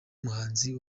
muhanzi